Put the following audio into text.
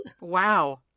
Wow